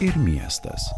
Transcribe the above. ir miestas